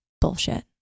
bullshit